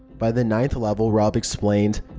by the ninth level, rob explained,